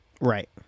Right